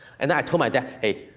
and then i told my dad, hey,